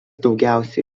daugiausia